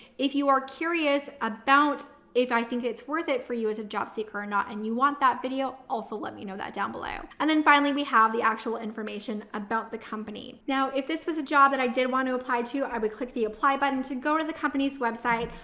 if you are curious about, if i think it's worth it for you as a job seeker or not, and you want that video also let me know that down below. and then finally we have the actual information about the company. now, if this was a job that i did want to apply to, i would click the apply button to go to the company's website,